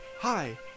Hi